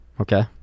Okay